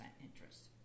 interest